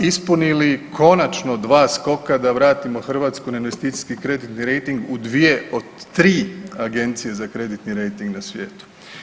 Ispunili konačno dva skoka da vratimo Hrvatsku na investicijski kreditni rejting u dvije od tri agencije za kreditni rejting na svijetu.